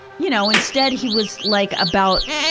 you know, instead he was like, about,